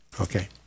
okay